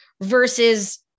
versus